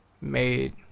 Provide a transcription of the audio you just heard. made